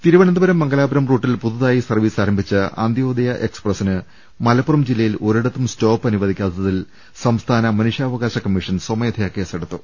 തിരുവനന്തപുരം മംഗലാപുരം റൂട്ടിൽ പുതുതായി സർവ്വീസ് ആരംഭിച്ച അന്ത്യോദയ എക്സ്പ്രസ്സിന് മലപ്പുറം ജില്ലയിൽ ഒരിടത്തും സ്റ്റോപ്പ് അനുവദിക്കാത്തിൽ സംസ്ഥാന മനുഷ്യാവകാശ കമ്മീഷൻ സ്വമേധയാ കേസെടുത്തു